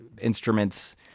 instruments